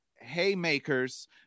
Haymakers